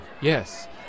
yes